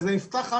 זה נפתח רק